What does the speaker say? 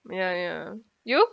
ya ya you